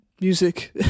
music